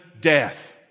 death